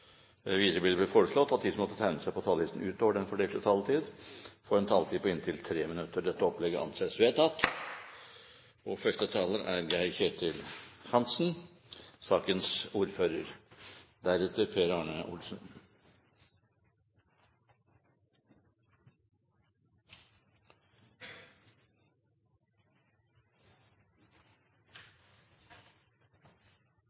Videre blir det foreslått at de som måtte tegne seg på talerlisten utover den fordelte taletid, får en taletid på inntil 3 minutter. – Det anses vedtatt. Mangfold, kvalitet og valgfrihet i velferdssektoren kjennetegner dagens moderne velferdssamfunn i Norge. Derfor er